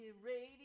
radio